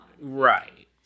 right